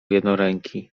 jednoręki